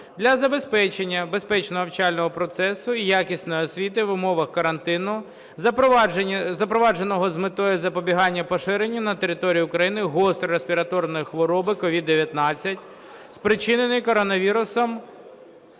для забезпечення безпечного навчального процесу і якісної освіти в умовах карантину запровадженого з метою запобігання поширенню на території України гострої респіраторної хвороби COVID-19, спричиненої коронавірусом